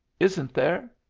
isn't there?